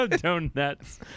donuts